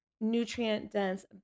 nutrient-dense